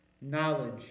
knowledge